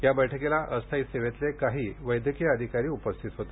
या बैठकीला अस्थायी सेवेतले काही वैद्यकीय अधिकारी उपस्थित होते